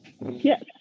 Yes